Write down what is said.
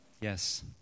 Yes